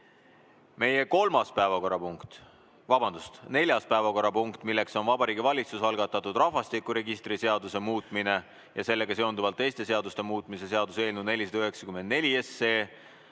Meie kolmas päevakorrapunkt, vabandust, neljas päevakorrapunkt, milleks on Vabariigi Valitsuse algatatud rahvastikuregistri seaduse muutmine ja sellega seonduvalt teiste seaduste muutmise seaduse eelnõu 494